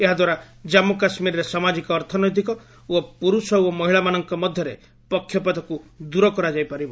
ଏହାଦ୍ୱାରା ଜାମ୍ମୁ କାଶ୍ମୀରରେ ସାମାଜିକ ଅର୍ଥନୈତିକ ଓ ପୁରୁଷ ଓ ମହିଳାମାନଙ୍କ ମଧ୍ୟରେ ପକ୍ଷପାତକୁ ଦୂର କରାଯାଇପାରିବ